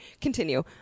continue